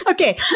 Okay